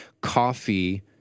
coffee